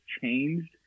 changed